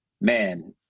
Man